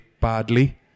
badly